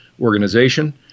organization